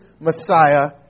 Messiah